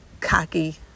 cocky